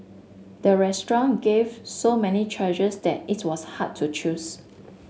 the restaurant gave so many choices that it was hard to choose